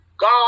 God